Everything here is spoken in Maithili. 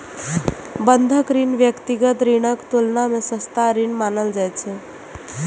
बंधक ऋण व्यक्तिगत ऋणक तुलना मे सस्ता ऋण मानल जाइ छै